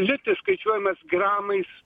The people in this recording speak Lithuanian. litis skaičiuojamas gramais